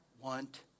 want